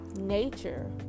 nature